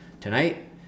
Tonight